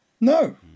no